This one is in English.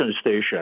station